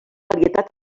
varietat